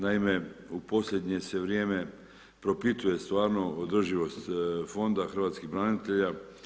Naime, u posljednje se vrijeme propituje stvarno održivost fonda hrvatskih branitelja.